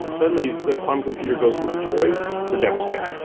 suddenly, the quantum computer goes from a toy to devastating.